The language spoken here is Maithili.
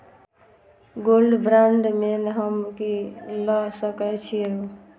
गोल्ड बांड में हम की ल सकै छियै?